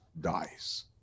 dies